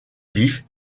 vif